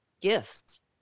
gifts